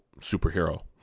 superhero